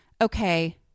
okay